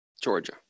Georgia